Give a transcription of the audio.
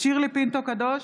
שירלי פינטו קדוש,